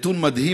נתון מדהים,